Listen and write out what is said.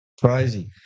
crazy